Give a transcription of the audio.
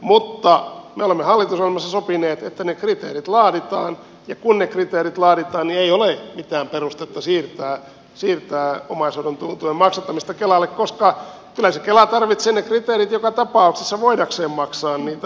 mutta me olemme hallitusohjelmassa sopineet että ne kriteerit laaditaan ja kun ne kriteerit laaditaan niin ei ole mitään perustetta siirtää omaishoidon tuen maksattamista kelalle koska kyllä se kela tarvitsee ne kriteerit joka tapauksessa voidakseen maksaa niitä